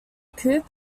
coup